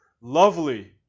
lovely